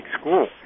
school